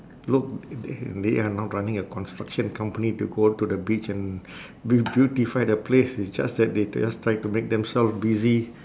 look the~ they are not running a construction company to go to the beach and rebeautify the place it's just that they just try to make themselves busy